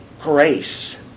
grace